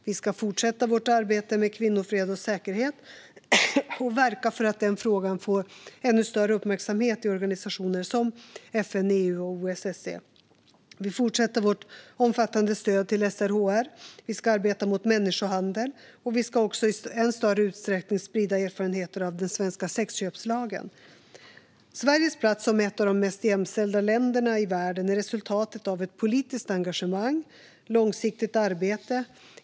Vi ska fortsätta vårt arbete med kvinnor, fred och säkerhet samt verka för att den frågan får ännu större uppmärksamhet i organisationer som FN, EU och OSSE. Vi fortsätter vårt omfattande stöd till SRHR. Vi ska arbeta mot människohandel, och vi ska också i än större utsträckning sprida erfarenheter av den svenska sexköpslagen. Sveriges plats som ett av de mest jämställda länderna i världen är resultatet av ett politiskt engagemang och långsiktigt arbete.